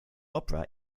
opera